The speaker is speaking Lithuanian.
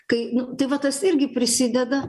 kai nu tai va tas irgi prisideda